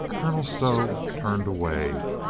colonel stow turned away,